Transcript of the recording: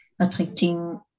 attracting